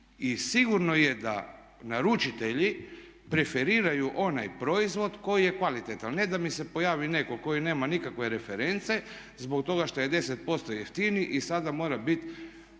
i sigurno je da naručitelji preferiraju onaj proizvod koji je kvalitetan, a ne da mi se pojavi neko koji nema nikakve reference zbog toga što je 10% jeftiniji i sada mora bit